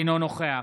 אינו נוכח